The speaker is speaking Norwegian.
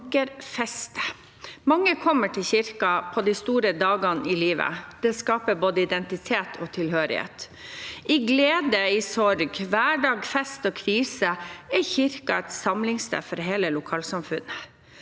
Mange kommer til kirken på de store dagene i livet, og det skaper både identitet og tilhørighet. I glede og sorg, hverdag, fest og kriser er kirken et samlingssted for hele lokalsamfunnet.